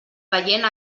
veient